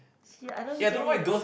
see I don't get it